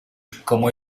como